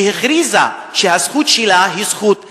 שהכריזה שהזכות שלה היא זכות דתית,